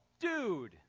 dude